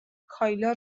کایلا